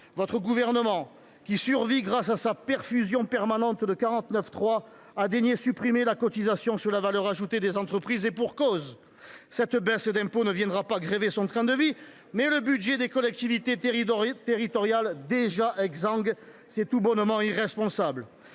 votre gouvernement, qui survit grâce à sa perfusion permanente de 49.3, a daigné supprimer la cotisation sur la valeur ajoutée des entreprises, et pour cause ! Cette baisse d’impôts viendra grever non pas son train de vie, mais le budget des collectivités territoriales, déjà exsangue. C’est tout bonnement irresponsable